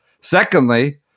Secondly